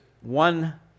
one